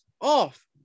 off